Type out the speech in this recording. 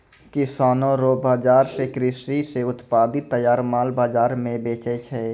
किसानो रो बाजार से कृषि से उत्पादित तैयार माल बाजार मे बेचै छै